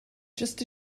jyst